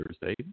Thursday